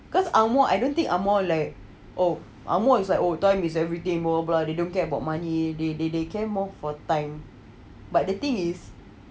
cause ang moh I don't think ang moh like oh ang moh is like oh time is everything more but they don't care about money they they they care more for time but the thing is